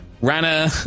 Rana